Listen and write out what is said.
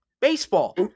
Baseball